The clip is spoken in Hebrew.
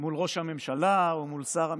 מול ראש הממשלה, או מול שר המשפטים,